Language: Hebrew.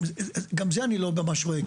גם זה אני לא ממש רואה.